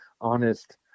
honest